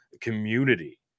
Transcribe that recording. community